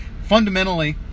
fundamentally